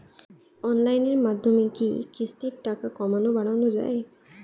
অনলাইনের মাধ্যমে কি কিস্তির টাকা কমানো বাড়ানো যায়?